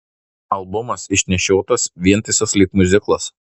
albumas išnešiotas vientisas lyg miuziklas